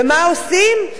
ומה עושים?